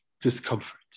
discomfort